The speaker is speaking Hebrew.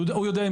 הוא יודע אם